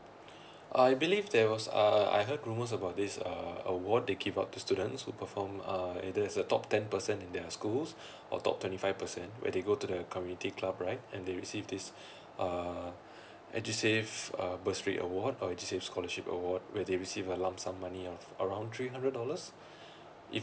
I believe there was uh I heard rumours about this uh awards they give other students who perform uh either is the top ten percent in their schools or top twenty five percent where they go to the community club right and they receive this uh edusave uh bursary award or edusave scholarship award where they receive a lump sum money of around three hundred dollars if